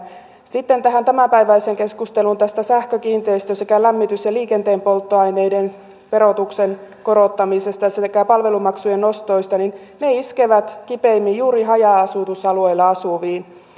sitten tämänpäiväiseen keskusteluun sähkö kiinteistö sekä lämmitys ja liikenteen polttoaineiden verotuksen korottamisesta sekä palvelumaksujen nostoista ne iskevät kipeimmin juuri haja asutusalueilla asuviin